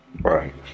Right